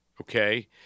okay